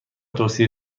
توصیه